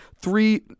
three